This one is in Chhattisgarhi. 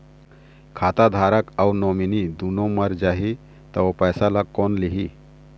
खाता धारक अऊ नोमिनि दुनों मर जाही ता ओ पैसा ला कोन लिही?